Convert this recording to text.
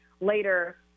later